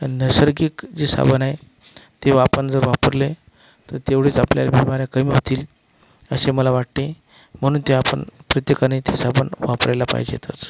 नैसर्गिक जे साबण आहे ते वापन जर वापरले तर तेवढीच आपल्या बिमाऱ्या कमी होतील असे मला वाटते म्हणून ते आपण प्रत्येकाने ते साबण वापरायला पाहिजेतच